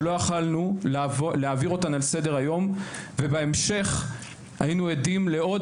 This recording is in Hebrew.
שלא יכולנו להעביר אותן על סדר היום ובהמשך היינו עדים לעוד